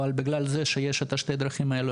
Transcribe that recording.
אבל בגלל זה שיש את שני הדרכים האלו,